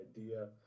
idea